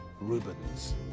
Rubens